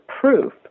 proof